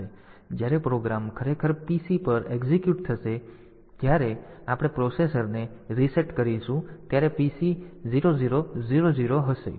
તેથી જ્યારે પ્રોગ્રામ ખરેખર પીસી પર એક્ઝિક્યુટ થશે જ્યારે આપણે પ્રોસેસરને રીસેટ કરીશું ત્યારે પીસી 0000 હશે